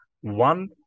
one